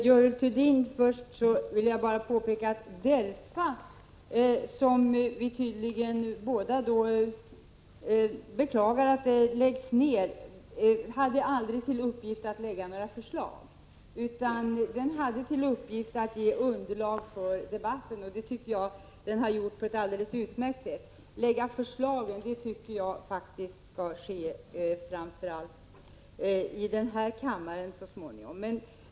Herr talman! Först till Görel Thurdin: Jag vill påpeka att DELFA, vars nedläggning vi tydligen båda beklagar, aldrig hade till uppgift att lägga fram några förslag. Delegationens uppgift var att ge underlag för debatten, och det tycker jag den har gjort på ett alldeles utmärkt sätt. Förslagen tycker jag faktiskt skall läggas fram i den här kammaren så småningom.